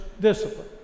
discipline